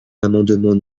l’amendement